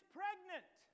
pregnant